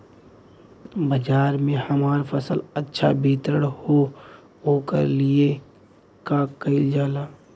बाजार में हमार फसल अच्छा वितरण हो ओकर लिए का कइलजाला?